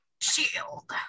Shield